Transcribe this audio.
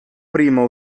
prima